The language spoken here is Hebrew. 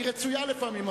היא רצויה לפעמים,